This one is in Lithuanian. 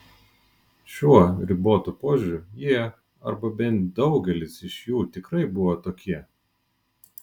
šiuo ribotu požiūriu jie arba bent daugelis iš jų tikrai buvo tokie